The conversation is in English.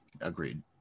Agreed